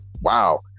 Wow